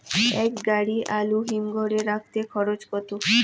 এক গাড়ি আলু হিমঘরে রাখতে খরচ কত?